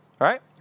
right